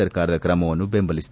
ಸರ್ಕಾರದ ಕ್ರಮವನ್ನು ಬೆಂಬಲಿಸಿದರು